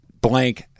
blank